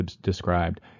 described